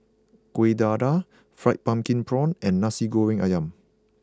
Kueh Dadar Fried Pumpkin Prawns and Nasi Goreng Ayam